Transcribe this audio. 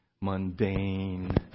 mundane